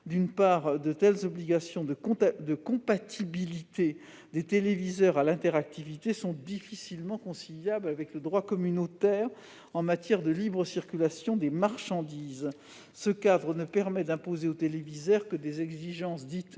D'une part, de telles obligations de compatibilité des téléviseurs à l'interactivité sont difficilement conciliables avec le droit communautaire en matière de libre circulation des marchandises. Ce cadre ne permet d'imposer aux téléviseurs que des exigences dites